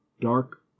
dark